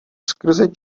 skrze